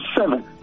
seven